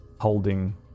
holding